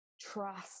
trust